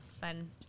Fun